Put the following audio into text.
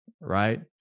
right